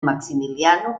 maximiliano